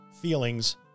feelings